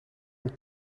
een